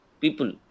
people